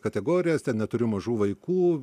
kategorijas ten neturiu mažų vaikų